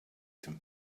some